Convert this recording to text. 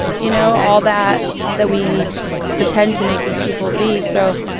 you know, all that that we pretend to make these people be, so,